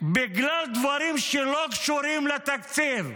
בגלל דברים שלא קשורים לתקציב.